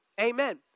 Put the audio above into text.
Amen